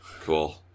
cool